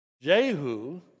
Jehu